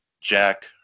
Jack